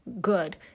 good